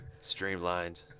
streamlined